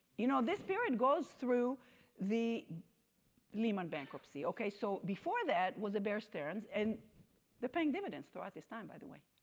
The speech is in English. you know this period goes through the lehman bankruptcy. okay, so before that was the bear stearns, and they're paying dividends throughout this time, by the way.